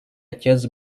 отец